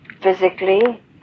physically